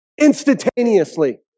instantaneously